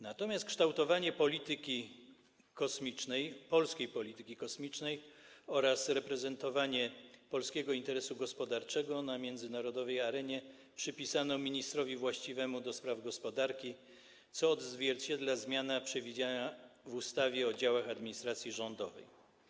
Natomiast kształtowanie polskiej polityki kosmicznej oraz reprezentowanie polskiego interesu gospodarczego na międzynarodowej arenie przypisano ministrowi właściwemu do spraw gospodarki, co odzwierciedla zmiana przewidziana w ustawie o działach administracji rządowej.